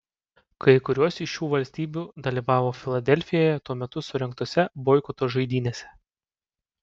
kai kurios iš šių valstybių dalyvavo filadelfijoje tuo metu surengtose boikoto žaidynėse